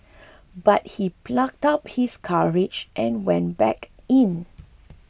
but he plucked up his courage and went back in